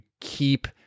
keep